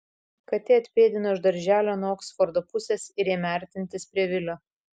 katė atpėdino iš darželio nuo oksfordo pusės ir ėmė artintis prie vilio